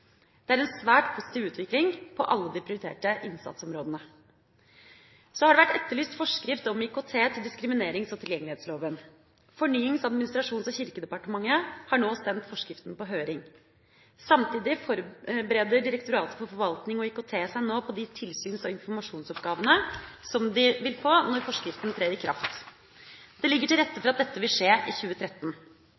Det er en svært positiv utvikling på alle de prioriterte innsatsområdene. Så har det vært etterlyst forskrift om IKT til diskriminerings- og tilgjengelighetsloven. Fornyings-, administrasjons- og kirkedepartementet har nå sendt forskriften på høring. Samtidig forbereder Direktoratet for forvaltning og IKT seg nå på de tilsyns- og informasjonsoppgavene som de vil få når forskriften trer i kraft. Det ligger til rette